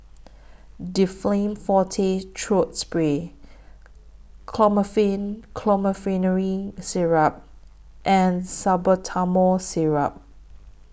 Difflam Forte Throat Spray Chlorpheniramine Syrup and Salbutamol Syrup